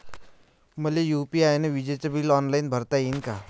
मले यू.पी.आय न विजेचे बिल ऑनलाईन भरता येईन का?